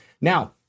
Now